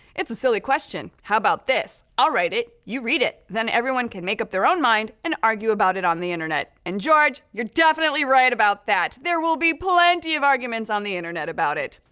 it's a silly question. how about this, i'll write it, you read it. then everyone can make up their own mind and argue about it on the internet. and george, you're definitely right about that. there will be plenty of arguments on the internet about it.